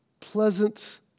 pleasant